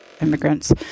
immigrants